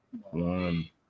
one